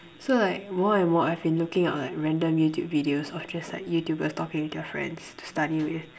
so like more and more I've been looking out like random YouTube videos or just YouTubers talking to their friends to study with